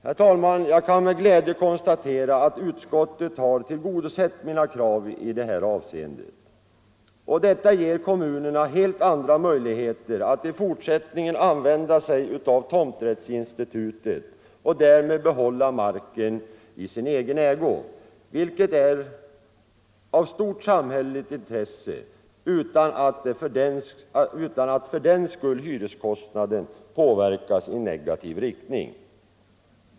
Jag kan, herr talman, med glädje konstatera att utskottet har tillgodosett mina krav i det här avseendet. Detta ger kommunerna helt andra möjligheter att i fortsättningen använda sig av tomträttsinstitutet och därmed behålla marken i sin ägo, vilket är av stort samhälleligt intresse, utan att fördenskull hyreskostnaden påverkas i negativ riktning.